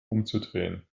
umzudrehen